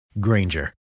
Granger